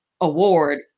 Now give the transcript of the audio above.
award